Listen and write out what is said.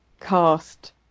cast